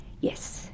Yes